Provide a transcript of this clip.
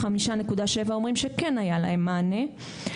ו-35.7% אומרים שכן היה להם מענה.